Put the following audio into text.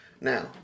Now